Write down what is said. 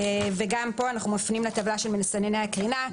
גם פה אנו מפנים לטבלה של מסנני הקרינה.